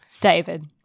David